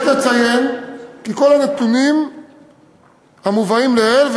יש לציין כי כל הנתונים המובאים לעיל,